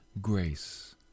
grace